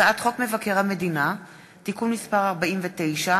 הצעת חוק מבקר המדינה (תיקון מס' 49)